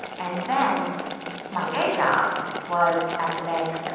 and then my day job was at the bank,